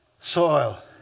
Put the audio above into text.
soil